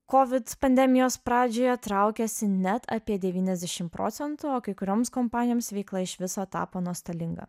kovid pandemijos pradžioje traukėsi net apie devyniasdešim procentų o kai kurioms kompanijoms veikla iš viso tapo nuostolinga